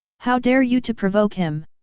how dare you to provoke him?